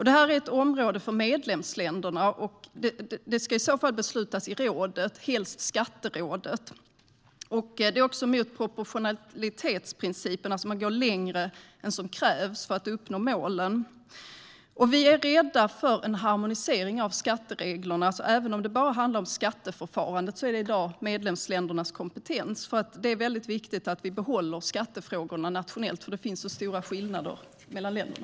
Det här är en fråga för medlemsländerna som helst ska beslutas i rådet, helst skatterådet. Det är också mot proportionalitetsprincipen att man går längre än vad som krävs för att uppnå målen. Vi är rädda för en harmonisering av skattereglerna. Även om det bara handlar om skatteförfarandet är det i dag medlemsländernas kompetens. Det är viktigt att vi behåller skattefrågorna nationellt, för det finns så stora skillnader mellan länderna.